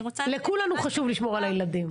לכולנו חשוב לשמור על הילדים.